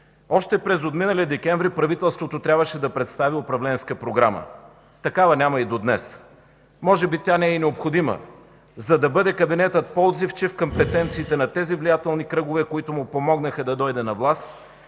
Още през отминалия декември правителството трябваше да представи управленска програма. Такава няма и до днес. Може би тя не е и необходима, за да бъде кабинетът по-отзивчив към претенциите на тези влиятелни кръгове, които му помогнаха да дойде на власт,